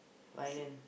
Thailand